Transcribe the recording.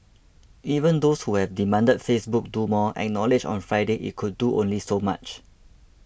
even those who have demanded Facebook do more acknowledged on Friday it could do only so much